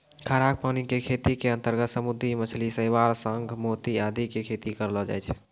खारा पानी के खेती के अंतर्गत समुद्री मछली, शैवाल, शंख, मोती आदि के खेती करलो जाय छै